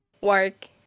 work